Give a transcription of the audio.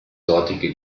dortige